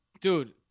Dude